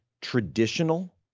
traditional